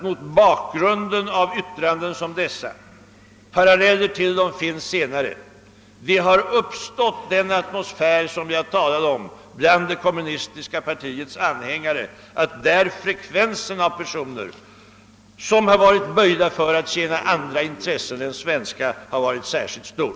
Mot bakgrund av yttranden som detta — det har förekommit paralleller senare är det inte så märkligt att den atmosfär jag talade om har uppstått bland det kommunistiska partiets anhängare och att där frekvensen av personer, som varit böjda för att tjäna andra intressen än svenska, varit särskilt stor.